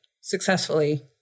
successfully